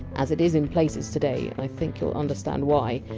as it is in places today. i think you! ll understand why,